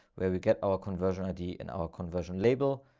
where we get our conversion id and our conversion label.